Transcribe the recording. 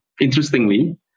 interestingly